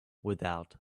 without